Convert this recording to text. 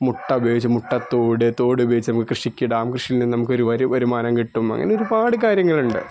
മുട്ട ഉപയോഗിച്ച് മുട്ടത്തോട് തോട് ഉപയോഗിച്ച് നമുക്ക് കൃഷിക്കിടാം കൃഷിയില് നിന്നും ഒരു വരുമാനം കിട്ടും അങ്ങനെ ഒരുപാട് കാര്യങ്ങളുണ്ട്